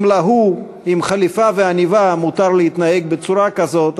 אם להוא עם החליפה והעניבה מותר להתנהג בצורה כזאת,